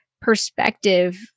perspective